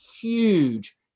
huge